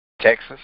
Texas